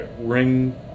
ring